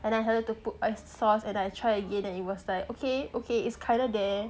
and I try to put a sauce and I try again and it was like okay okay is kinda there